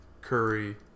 Curry